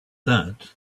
that